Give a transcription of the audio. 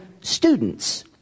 students